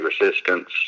resistance